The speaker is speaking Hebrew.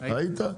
הייתי.